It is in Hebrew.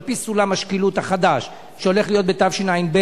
על-פי סולם השקילות החדש שהולך להיות בתשע"ב,